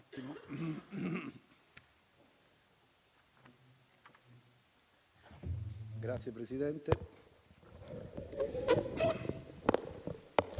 Grazie, Presidente.